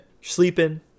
sleeping